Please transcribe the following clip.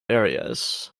areas